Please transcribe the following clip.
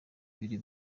biri